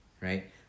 right